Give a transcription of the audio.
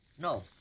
No